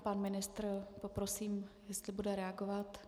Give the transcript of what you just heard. Pan ministr, poprosím, jestli bude reagovat.